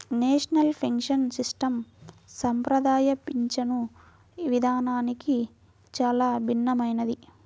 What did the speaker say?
national pension system సంప్రదాయ పింఛను విధానానికి చాలా భిన్నమైనది